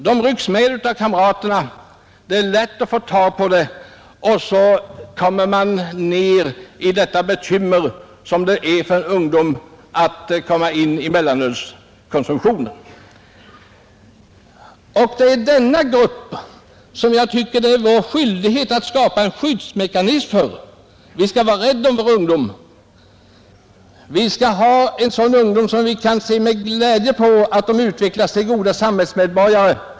De rycks med av kamraterna, det är lätt att få tag på mellanöl, och så hamnar man i den bekymmersamma situation som ökad mellanölskonsumtion är för ungdomen. Det är denna grupp som jag anser att det är vår skyldighet att hjälpa genom att skapa en skyddsmekanism. Vi skall vara rädda om vår ungdom. Vi skall ha en sådan ungdom som det är en glädje att se utvecklas till goda samhällsmedborgare.